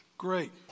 great